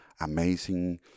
amazing